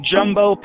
Jumbo